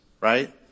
right